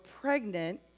pregnant